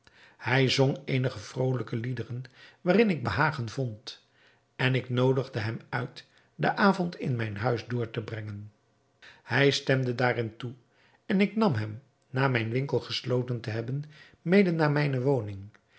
hij zong eenige vrolijke liederen waarin ik behagen vond en ik noodigde hem uit den avond in mijn huis door te brengen hij stemde daarin toe en ik nam hem na mijn winkel gesloten te hebben mede naar mijne woning